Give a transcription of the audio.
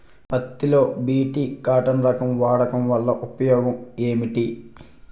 పత్తి లో BT cotton రకం వాడకం వల్ల ఉపయోగం ఏమిటి?